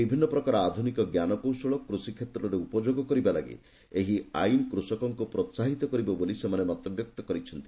ବିଭିନ୍ନ ପ୍ରକାର ଆଧୁନିକ ଞ୍ଜାନକୌଶଳ କୃଷି କ୍ଷେତ୍ରରେ ଉପଯୋଗ କରିବା ଲାଗି ଏହି ଆଇନ କୃଷକଙ୍କୁ ପ୍ରୋହାହିତ କରିବ ବୋଲି ସେମାନେ ମତବ୍ୟକ୍ତ କରିଛନ୍ତି